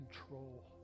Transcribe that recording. control